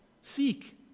Seek